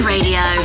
Radio